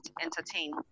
entertain